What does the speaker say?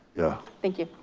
yeah. thank you.